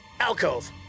Alcove